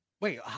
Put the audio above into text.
Wait